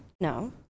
no